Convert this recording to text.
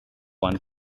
one